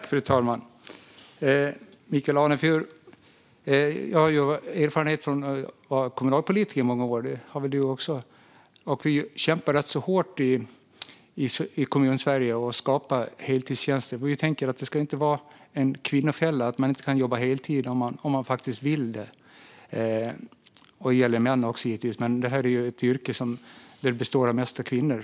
Fru talman! Jag har erfarenhet av att vara kommunalpolitiker i många år, Michael Anefur. Det har väl du också? Vi i Kommunsverige kämpar rätt hårt för att skapa heltidstjänster. Det ska inte vara en kvinnofälla, och man ska kunna jobba heltid om man faktiskt vill det. Detta gäller givetvis även män, men detta är ett yrke som innehas mest av kvinnor.